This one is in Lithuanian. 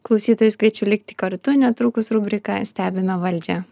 klausytojus kviečiu likti kartu netrukus rubrika stebime valdžią